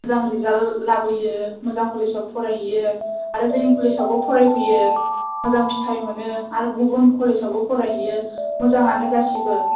मोजां रिजाल्ट लाबोयो मोजां कलेजाव फराय हैयो आरो जोंनि कलेजावबो फरायफैयो मोजां फिथाय मोनो आरो गुबुन कलेजआवबो फरायहैयो मोजाङानो गासिबो